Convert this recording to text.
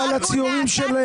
או על הציורים של עליזה.